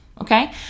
okay